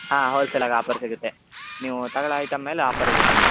ಹಾಂ ಹೋಲ್ಸೇಲಾಗಿ ಆಫರ್ ಸಿಗುತ್ತೆ ನೀವು ತಗಳ್ಳೋ ಐಟಮ್ ಮೇಲೆ ಆಫರ್ ಇದೆ ನೋಡಿ